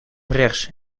rechts